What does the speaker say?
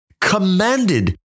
commanded